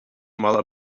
mother